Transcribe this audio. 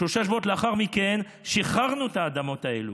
שלושה שבועות לאחר מכן שחררנו את האדמות האלו,